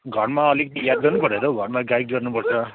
घरमा अलिकति याद गर्नुपऱ्यो त हौ घरमा गाइड गर्नुपर्छ